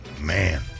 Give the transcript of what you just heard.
Man